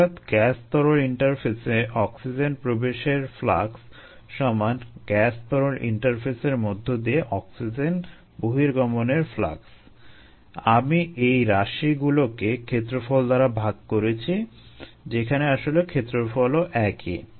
অর্থাৎগ্যাস তরল ইন্টারফেসে অক্সিজেন প্রবেশের ফ্লাক্স গ্যাস তরল ইন্টারফেসের মধ্য দিয়ে অক্সিজেন বহির্গমনের ফ্লাক্স আমি এই রাশিগুলোকে ক্ষেত্রফল দ্বারা ভাগ করেছি যেখানে আসলে ক্ষেত্রফলও একই